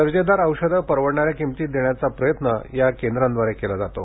दर्जेदार औषधं परवडणाऱ्या किंमतीत देण्याचा प्रयत्न जनौषधी केंद्रांद्वारे केला जातो